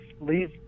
leave